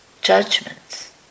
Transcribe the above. judgments